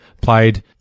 played